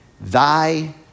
Thy